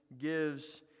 gives